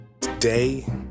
Today